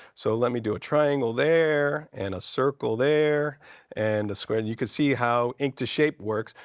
so let me do a triangle there and a circle there and a square. and you can see how ink to shape works.